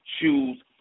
choose